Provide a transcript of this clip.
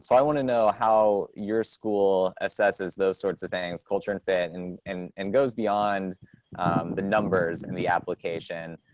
so i want to know how your school assesses those sorts of things, culture and fit and and and goes beyond the numbers and the application.